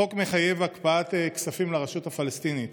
החוק מחייב הקפאת כספים לרשות הפלסטינית